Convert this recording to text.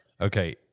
Okay